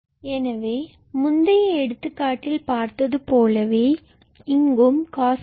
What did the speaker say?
எனவே முந்தைய எடுத்துக்காட்டில் பார்த்தது போலவே இங்கும் 𝑐𝑜𝑠2𝜃